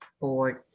Board